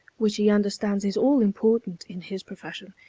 which he understands is all-important in his profession,